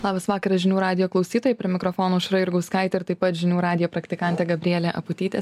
labas vakaras žinių radijo klausytojai prie mikrofono aušra jurgauskaitė ir taip pat žinių radijo praktikantė gabrielė aputytė